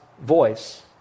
voice